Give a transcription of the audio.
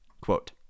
Quote